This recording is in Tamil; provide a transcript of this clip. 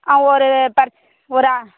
ஆ ஒரு பத் ஒரு ஆ